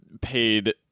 paid